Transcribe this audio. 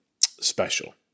special